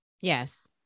Yes